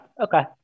Okay